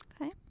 Okay